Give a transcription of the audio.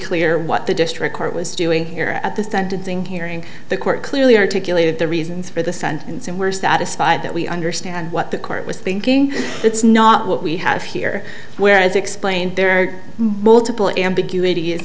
clear what the district court was doing here at the sentencing hearing the court clearly articulated the reasons for the sentence and we're satisfied that we understand what the court was thinking it's not what we have here where as explained there are multiple ambiguity i